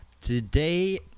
Today